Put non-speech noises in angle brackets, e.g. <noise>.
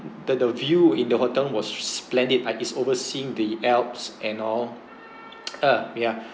that the view in the hotel was splendid I it's overseeing the alps and all <noise> uh yeah